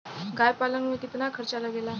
गाय पालन करे में कितना खर्चा लगेला?